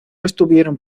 estuvieron